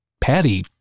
Patty